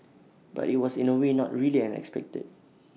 but IT was in A way not really unexpected